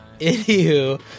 anywho